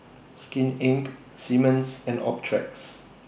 Skin Inc Simmons and Optrex